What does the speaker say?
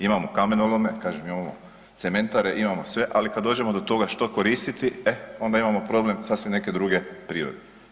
Imamo kamenolome, kažem, imamo cementare, imamo sve ali kad dođemo do toga što koristiti, e onda imamo problem sasvim neke druge prirode.